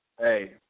hey